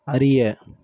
அறிய